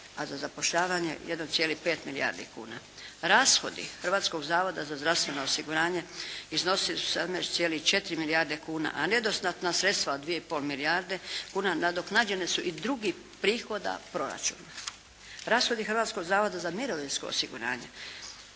a za zapošljavanje 1,5 milijardi kuna. Rashodi Hrvatskog zavoda za zdravstveno osiguranje iznose 18,4 milijarde kuna a nedostatna sredstva od dvije i pol milijarde kuna nadoknađene su iz drugih prihoda proračuna. Rashodi Hrvatskog zavoda za mirovinsko osiguranje